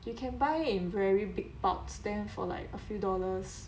you can buy in very big bulks then for like a few dollars